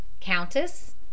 Countess